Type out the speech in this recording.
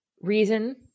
reason